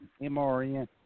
MRN